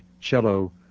cello